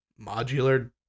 modular